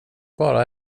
bara